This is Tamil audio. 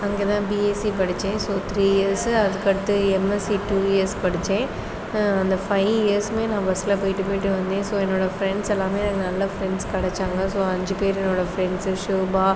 அங்கே தான் பிஎஸ்சி படித்தேன் ஸோ த்ரீ இயர்ஸ் அதுக்கடுத்து எம்எஸ்சி டூ இயர்ஸ் படித்தேன் அந்த ஃபைவ் இயர்ஸுமே நான் பஸ்ஸில் போயிட்டு போயிட்டு வந்தேன் ஸோ என்னோடய ஃப்ரெண்ட்ஸ் எல்லாமே நல்ல ஃப்ரெண்ட்ஸ் கிடச்சாங்க ஸோ அஞ்சு பேரோடு ஃப்ரண்ட்ஸ் ஷுபா